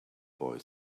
boy